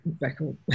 record